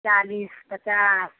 चालीस पचास